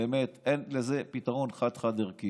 באמת אין לזה פתרון חד-חד-ערכי.